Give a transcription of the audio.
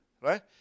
right